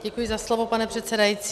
Děkuji za slovo, pane předsedající.